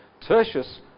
Tertius